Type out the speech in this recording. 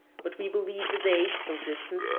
but we believe the day, though distant,